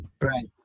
Right